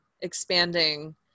expanding